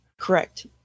correct